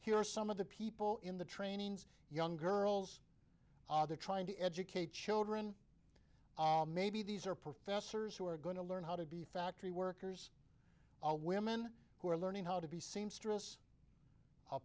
are some of the people in the training young girls they're trying to educate children maybe these are professors who are going to learn how to be factory workers are women who are learning how to be seamstress